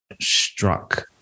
struck